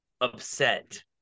upset